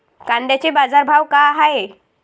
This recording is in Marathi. कांद्याचे बाजार भाव का हाये?